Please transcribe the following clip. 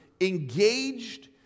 engaged